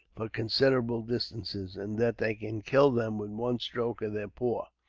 for considerable distances, and that they can kill them with one stroke of their paw.